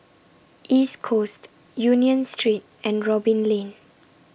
East Coast Union Street and Robin Lane